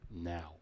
now